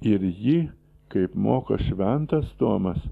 ir jį kaip moko šventas tomas